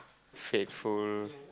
faithful